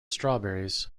strawberries